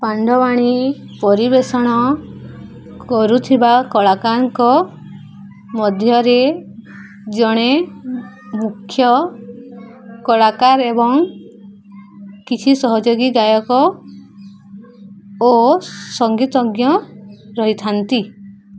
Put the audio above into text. ପାଣ୍ଡବାଣୀ ପରିବେଷଣ କରୁଥିବା କଳାକାରଙ୍କ ମଧ୍ୟରେ ଜଣେ ମୁଖ୍ୟ କଳାକାର ଏବଂ କିଛି ସହଯୋଗୀ ଗାୟକ ଓ ସଙ୍ଗୀତଜ୍ଞ ରହିଥାନ୍ତି